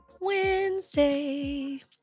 Wednesday